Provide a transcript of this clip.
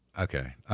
okay